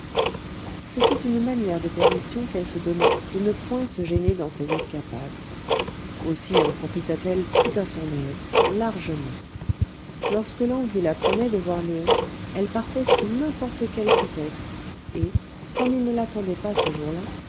c'était une manière de permission qu'elle se donnait de ne point se gêner dans ses escapades aussi en profita t elle tout à son aise largement lorsque l'envie la prenait de voir léon elle partait sous n'importe quel prétexte et comme il ne l'attendait pas ce jour-là